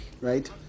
Right